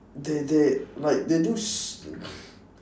they they like they do s~